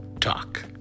Talk